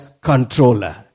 controller